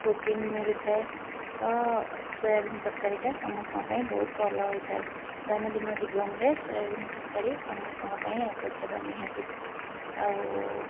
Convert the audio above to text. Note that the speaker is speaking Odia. ପ୍ରୋଟିନ୍ ମିଳିୁଥାଏ ତ ସୋୟାବିନ ତରକାରୀଟା ସମସ୍ତଙ୍କ ପାଇଁ ବହୁତ ଭଲ ହୋଇଇଥାଏ ଦୈନନ୍ଦିନ ଜୀବନରେ ସୋୟାବିନ ତରକାରୀ ସମସ୍ତଙ୍କ ପାଇଁ ଆବଶ୍ୟକ ନିହାତି ଆଉ